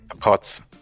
pot's